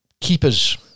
Keepers